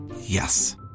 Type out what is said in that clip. Yes